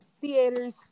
theaters